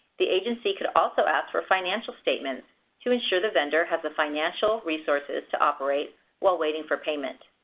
the agency could also ask for financial statements to ensure the vendor has the financial resources to operate while waiting for payment.